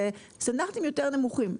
זה סטנדרטים יותר נמוכים.